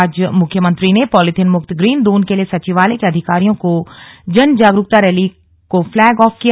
आज मुख्यमंत्री ने पॉलीथीन मुक्त ग्रीन दून के लिए सचिवालय के अधिकारियों की जन जागरूकता रैली को फ्लैग ऑफ किया